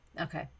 Okay